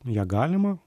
ją galima